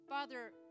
Father